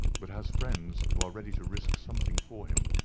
but has friends who are ready to risk something for him.